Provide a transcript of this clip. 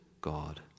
God